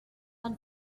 are